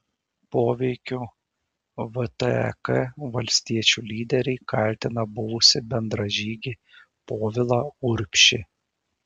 poveikiu vtek valstiečių lyderiai kaltina buvusį bendražygį povilą urbšį